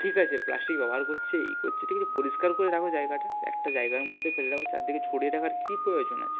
ঠিক আছে প্লাস্টিক ব্যবহার করছে ইয়ে করছে ঠিক আছে পরিষ্কার করে রাখো জায়গাটা একটা জায়গার মধ্যে ফেলে রাখো চারদিকে ছড়িয়ে রাখার কী প্রয়োজন আছে